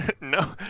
No